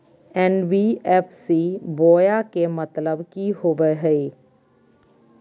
NBFC बोया के मतलब कि होवे हय?